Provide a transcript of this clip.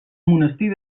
monestir